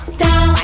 down